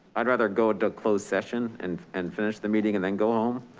i'd rather go and close session and and finish the meeting and then go home,